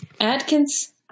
Adkins